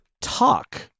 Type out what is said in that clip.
talk